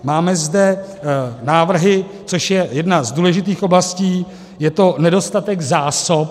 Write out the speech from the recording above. Máme zde návrhy, což je jedna z důležitých oblastí je to nedostatek zásob.